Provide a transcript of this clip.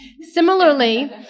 Similarly